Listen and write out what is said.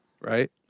right